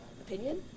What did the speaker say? opinion